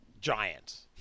giants